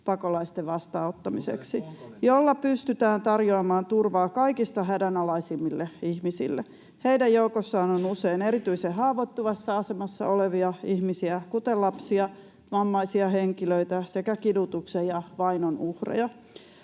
Honkonen, nyt!] jolla pystytään tarjoamaan turvaa kaikista hädänalaisimmille ihmisille. Heidän joukossaan on usein erityisen haavoittuvassa asemassa olevia ihmisiä, kuten lapsia, vammaisia henkilöitä sekä kidutuksen ja vainon uhreja.